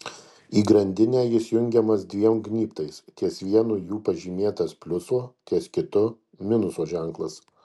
į grandinę jis jungiamas dviem gnybtais ties vienu jų pažymėtas pliuso ties kitu minuso ženklas